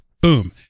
boom